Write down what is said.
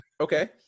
okay